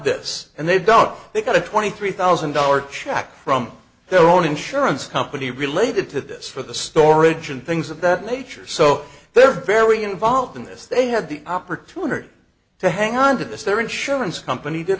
this and they don't they got a twenty three thousand dollars check from their own insurance company related to this for the storage and things of that nature so they're very involved in this they have the opportunity to hang onto this their insurance company did